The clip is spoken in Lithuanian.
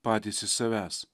patys iš savęs